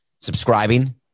subscribing